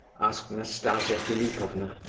asked nastasia philipovna.